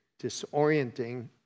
disorienting